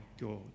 god